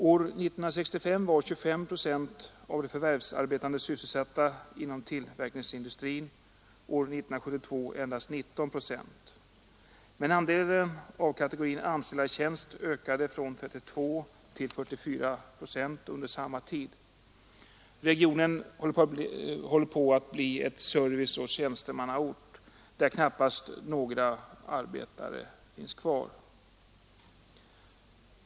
År 1965 var 25 procent av de förvärvsarbetande sysselsatta inom tillverkningsindustrin — år 1972 endast 19 procent. Men kategorin anställda i tjänst ökade från 32 till 44 procent under samma tid. Regionen håller på att bli en serviceoch tjänstemannaort, där det knappast blir några arbetare kvar.